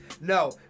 no